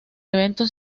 evento